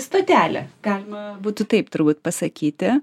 stotelė galima būtų taip turbūt pasakyti